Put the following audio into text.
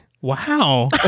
Wow